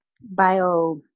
bio